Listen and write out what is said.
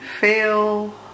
feel